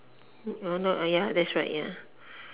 ah ya that's right ya